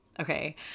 okay